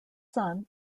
son